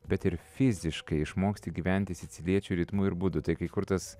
bet ir fiziškai išmoksti gyventi siciliečių ritmu ir būdu tai kai kur tas